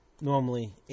normally